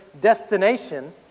destination